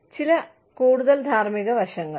ചില കൂടുതൽ ധാർമ്മിക വശങ്ങൾ